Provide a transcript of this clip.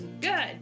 good